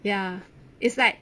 ya is like